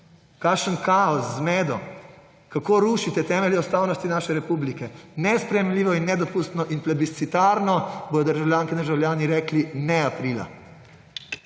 kakšen kaos, zmedo, kako rušite temelje ustavnosti naše republike. Nesprejemljivo in nedopustno. In plebiscitarno bodo državljanke in državljani rekli ne aprila.